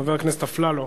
חבר הכנסת אפללו.